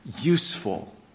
useful